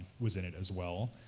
was in it as well,